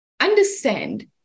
understand